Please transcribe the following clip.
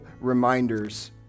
reminders